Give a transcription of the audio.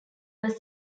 was